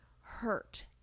hurt